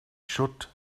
should